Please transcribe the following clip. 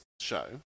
show